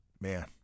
man